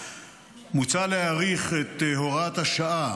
מוצע להאריך את הוראת השעה